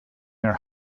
their